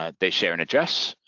ah they share an address.